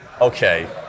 okay